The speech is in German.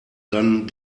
dann